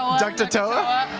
um duckt'atoa.